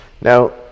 now